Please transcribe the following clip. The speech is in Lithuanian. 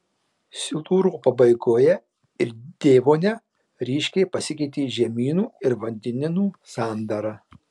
silūro pabaigoje ir devone ryškiai pasikeitė žemynų ir vandenynų sandara